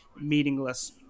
meaningless